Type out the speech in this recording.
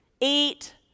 eat